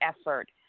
effort